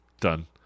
Done